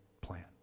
plan